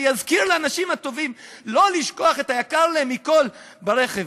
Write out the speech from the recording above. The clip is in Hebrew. שיזכיר לאנשים הטובים לא לשכוח את היקר להם מכול ברכב.